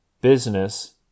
business